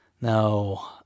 No